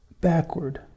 backward